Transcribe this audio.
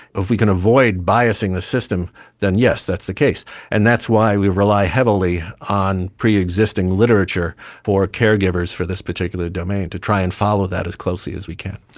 if we can avoid biasing the system then yes, that's the case and that's why we rely heavily on pre-existing literature for caregivers for this particular domain, to try and follow that as closely as we can.